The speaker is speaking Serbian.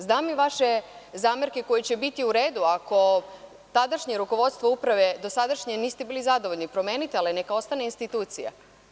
Znam i vaše zamerke koje će biti u redu ako tadašnje rukovodstvo uprave dosadašnje niste bili zadovoljni, promenite, ali neka ostane institucija.